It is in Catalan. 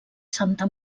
santa